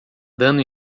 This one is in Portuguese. dando